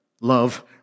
love